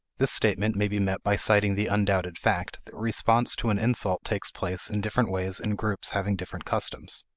this statement may be met by citing the undoubted fact that response to an insult takes place in different ways in groups having different customs.